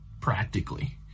practically